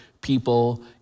people